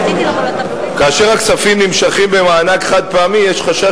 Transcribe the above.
כאשר הכספים נמשכים במענק חד-פעמי יש חשש